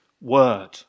word